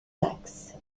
saxe